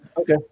Okay